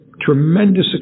Tremendous